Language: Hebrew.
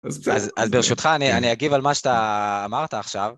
אז ברשותך אני אגיב על מה שאתה אמרת עכשיו.